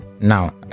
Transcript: Now